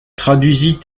traduisit